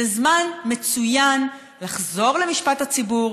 זה זמן מצוין לחזור למשפט הציבור,